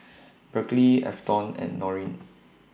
Berkley Afton and Norine